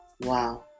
Wow